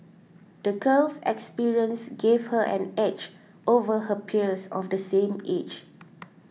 the girl's experiences gave her an edge over her peers of the same age